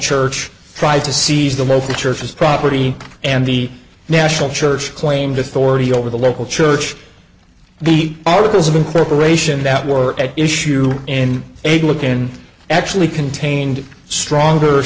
church tried to seize the local churches property and the national church claimed authority over the local church the articles of incorporation that were at issue in a look in actually contained stronger